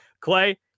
Clay